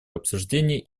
обсуждений